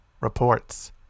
reports